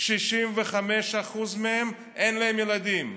65% מהם אין להם ילדים,